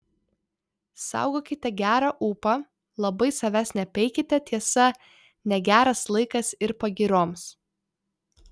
saugokite gerą ūpą labai savęs nepeikite tiesa negeras laikas ir pagyroms